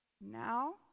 Now